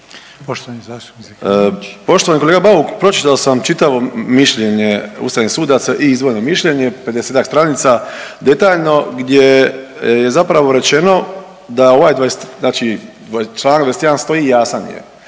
Poštovani kolega Bauk, pročitao sam čitavo mišljenje ustavnih sudaca i izdvojeno mišljenje, 50-ak stranica detaljno, gdje je zapravo rečeno da ovaj